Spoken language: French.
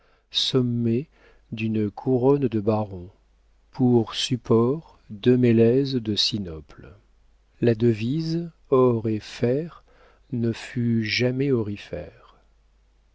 sommé d'une couronne de baron pour supports deux mélèzes de sinople la devise or et fer ne fut jamais aurifère